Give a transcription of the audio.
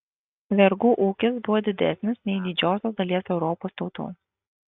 vergų ūgis buvo didesnis nei didžiosios dalies europos tautų